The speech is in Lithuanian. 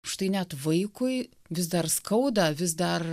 štai net vaikui vis dar skauda vis dar